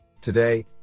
today